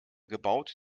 gebaut